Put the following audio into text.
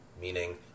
meaning